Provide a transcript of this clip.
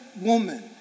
woman